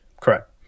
Correct